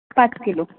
पाच किलो